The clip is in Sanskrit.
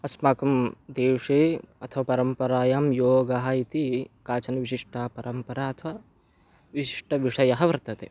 अस्माकं देशे अथवा परम्परायां योगः इति काचन विशिष्टा परम्परा अथवा विशिष्टविषयः वर्तते